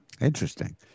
Interesting